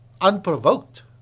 unprovoked